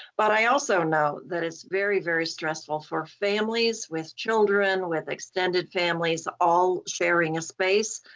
but i also know that it's very, very stressful for families with children, with extended families all sharing a space,